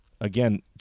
again